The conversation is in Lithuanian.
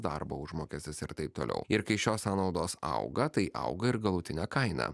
darbo užmokestis ir taip toliau ir kai šios sąnaudos auga tai auga ir galutinė kaina